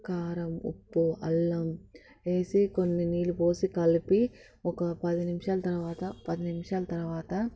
కారం ఉప్పు అల్లం వేసి కొన్ని నీళ్ళు పోసి కలిపి ఒక పది నిమిషాలు తర్వాత పది నిమిషాల తర్వాత